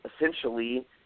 essentially